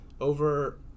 over